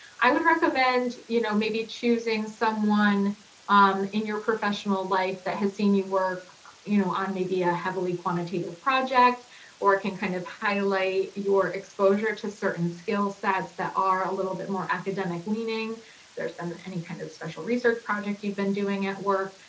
i would recommend you know maybe choosing someone um in your professional life that has seen you work you know on maybe a heavily quantitative project or can kind of highlight your exposure to certain skill sets that are a little bit more academic-leaning. if there's been any kind of special research project you've been doing at work.